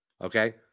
okay